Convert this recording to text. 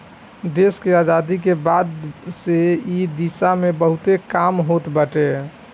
देस के आजादी के बाद से इ दिशा में बहुते काम होत बाटे